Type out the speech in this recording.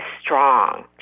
strong